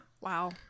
Wow